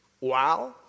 wow